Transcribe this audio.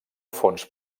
fons